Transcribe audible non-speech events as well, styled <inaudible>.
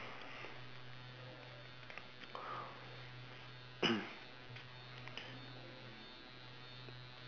<coughs>